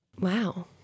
Wow